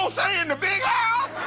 ah stay in the big house.